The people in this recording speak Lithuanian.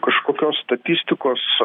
kažkokios statistikos